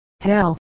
Hell